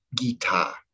Gita